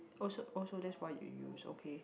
oh so oh so that's what you use okay